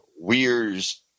Weir's